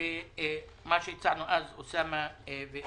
מה שהצענו אז, אוסאמה אני